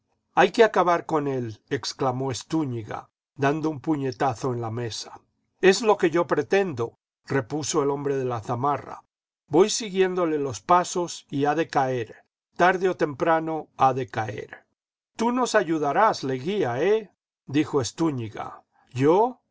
hay que acabar con él exclamó estúñiga dando un puñetazo en la mesa es lo que yo pretendo repuso el hombre de la zamarra voy siguiéndole los pasos y ha de caer tarde o temprano ha de caer tú nos ayudarás leguía eh dijo estúñiga íyo yo